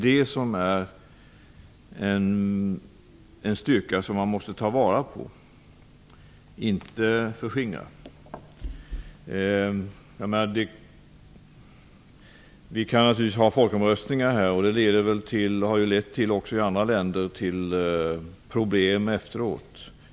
Det är denna styrka som man måste ta vara på, inte förskingra. Naturligtvis kan vi i Sverige ha folkomröstningar som leder till problem efteråt, och som lett till problem i andra länder.